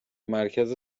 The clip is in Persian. مرکز